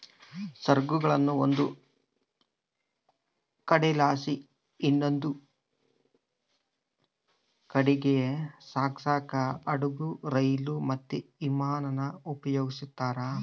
ಸರಕುಗುಳ್ನ ಒಂದು ಕಡೆಲಾಸಿ ಇನವಂದ್ ಕಡೀಗ್ ಸಾಗ್ಸಾಕ ಹಡುಗು, ರೈಲು, ಮತ್ತೆ ವಿಮಾನಾನ ಉಪಯೋಗಿಸ್ತಾರ